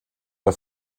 der